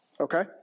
Okay